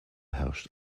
herrscht